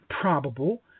probable